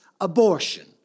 abortion